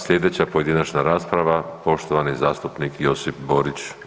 Sljedeća pojedinačna rasprava poštovani zastupnik Josip Borić.